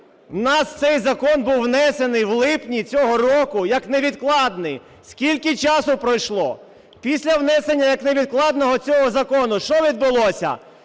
В нас цей закон був внесений у липні цього року як невідкладний. Скільки часу пройшло! Після внесення як невідкладного цього закону що відбулося?